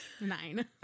nine